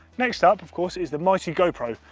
next up, of course, is the mighty gopro.